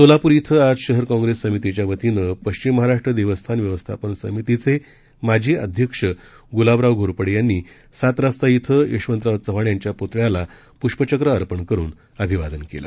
सोलापूर इथं आज शहर काँप्रेस समीतीच्या वतीनं प्रश्विम महाराष्ट्र देवस्थान व्यवस्थापन समीतीचे माजी अध्यक्ष गुलाबराव घोरपड़े यांनी सातरस्ता इथं यशवंतराव चव्हाण यांच्या प्रतळ्याला प्रष्पचक्र अर्पण करून अभिवादन केलं